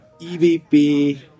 EVP